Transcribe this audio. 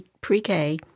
pre-K